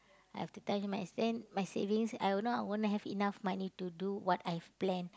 I have to tell him my then my savings I know I won't have enough money to do what I've planned